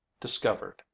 discovered